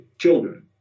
children